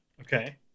Okay